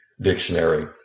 dictionary